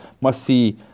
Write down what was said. must-see